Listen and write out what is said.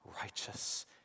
righteous